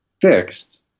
fixed